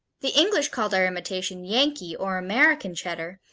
the english called our imitation yankee, or american, cheddar,